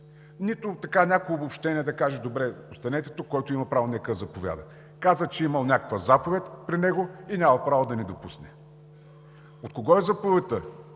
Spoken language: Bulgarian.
нито някакво обобщение да каже: „Добре, останете тук, който има право, нека заповяда.“ Каза, че имал някаква заповед при него и нямал право да ни допусне. От кого е заповедта?